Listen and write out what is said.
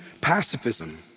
pacifism